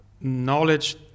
knowledge